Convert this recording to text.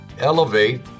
elevate